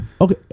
okay